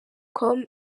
com